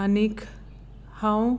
आनीक हांव